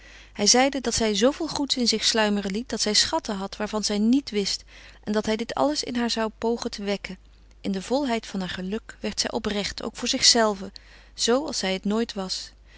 hij zeide dat zij zooveel goeds in zich sluimeren liet dat zij schatten had waarvan zij niet wist en dat hij dit alles in haar zou pogen te wekken in de volheid van haar geluk werd zij oprecht ook voor zichzelve zo als zij het nooit was